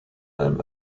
allem